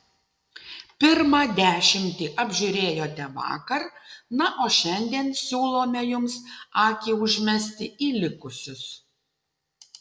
pirmą dešimtį apžiūrėjote vakar na o šiandien siūlome jums akį užmesti į likusius